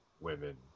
women